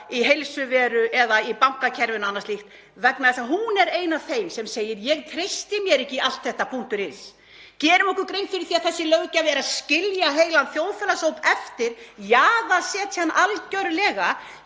í Heilsuveru eða í bankakerfinu og annað slíkt vegna þess að hún er ein af þeim sem segir: Ég treysti mér ekki í allt þetta .is. Gerum okkur grein fyrir því að þessi löggjöf er að skilja heilan þjóðfélagshóp eftir, jaðarsetja hann algjörlega